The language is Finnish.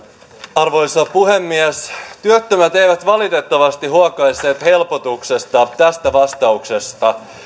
arvoisa puhemies työttömät eivät valitettavasti huokaisseet helpotuksesta tästä vastauksesta